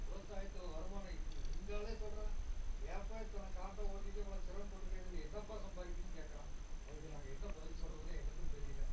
விவசாயத்தில் வருமானம் இப்போ எங்கள் ஆளே சொல்கிறான் ஏன்பா இத்தனை காட்டை ஓட்டிட்டு இவ்வளோ சிரம்பட்டுருக்க இதில் என்னப்பா சம்பாதிக்கிறன்னு கேக்கிறான் அதுக்கு நான் என்ன பதில் சொல்கிறதுனே எனக்கும் தெரியல